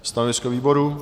Stanovisko výboru?